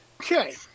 Okay